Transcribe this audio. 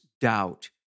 Doubt